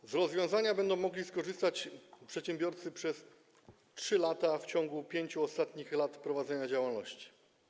Z tego rozwiązania będą mogli korzystać przedsiębiorcy przez 3 lata w ciągu 5 ostatnich lat prowadzenia działalności.